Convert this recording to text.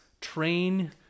train